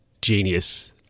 genius